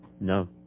No